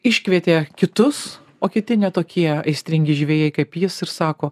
iškvietė kitus o kiti ne tokie aistringi žvejai kaip jis ir sako